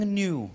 new